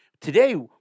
Today